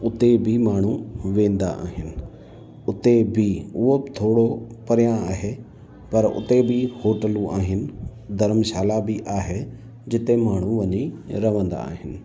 उते बि माण्हू वेंदा आहिनि उते बि उहो बि थोरो परियां आहे पर हुते बि होटलूं आहिनि धर्मशाला बि आहे जिते माण्हू वञी रहंदा आहिनि